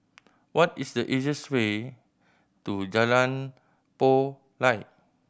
what is the easiest way to Jalan Payoh Lai